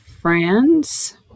friends